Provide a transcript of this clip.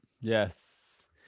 Yes